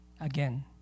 Again